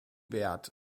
wert